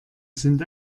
sind